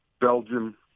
Belgium